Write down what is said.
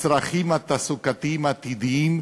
לצרכים התעסוקתיים העתידיים,